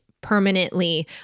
permanently